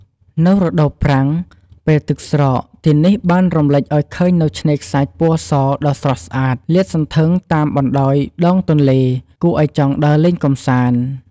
នៅរដូវប្រាំង ពេលទឹកស្រក ទីនេះបានរំលេចឲឃើញនូវឆ្នេខ្សាច់ពណ៌សដ៏ស្រស់ស្អាត លាតសន្ធឹង តាមបណ្តោយដងទន្លេ គួរឲ្យចង់ដើរលេងកំសាន្ត។